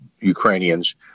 Ukrainians